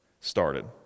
started